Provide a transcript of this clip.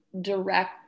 direct